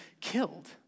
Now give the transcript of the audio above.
killed